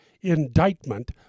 indictment